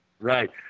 Right